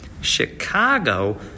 Chicago